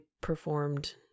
performed